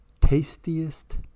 tastiest